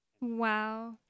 Wow